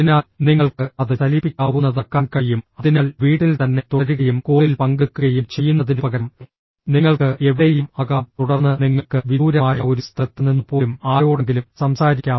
അതിനാൽ നിങ്ങൾക്ക് അത് ചലിപ്പിക്കാവുന്നതാക്കാൻ കഴിയും അതിനാൽ വീട്ടിൽ തന്നെ തുടരുകയും കോളിൽ പങ്കെടുക്കുകയും ചെയ്യുന്നതിനുപകരം നിങ്ങൾക്ക് എവിടെയും ആകാം തുടർന്ന് നിങ്ങൾക്ക് വിദൂരമായ ഒരു സ്ഥലത്ത് നിന്ന് പോലും ആരോടെങ്കിലും സംസാരിക്കാം